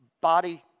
body